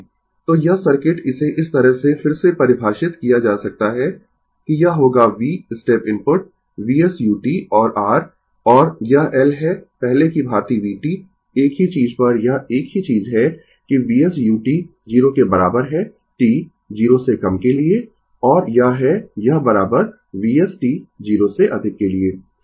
Refer Slide Time 2016 तो यह circuit इसे इस तरह से फिर से परिभाषित किया जा सकता है कि यह होगा V step input Vs u और r और यह L है पहले की भांति vt एक ही चीज पर यह एक ही चीज है कि Vs u 0 के बराबर है t 0 से कम के लिए और यह है यह Vs t 0 से अधिक के लिए